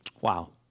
Wow